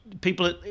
People